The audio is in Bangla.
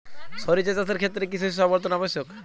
সরিষা চাষের ক্ষেত্রে কি শস্য আবর্তন আবশ্যক?